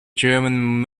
german